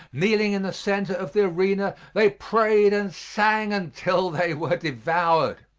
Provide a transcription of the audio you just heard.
kneeling in the center of the arena, they prayed and sang until they were devoured.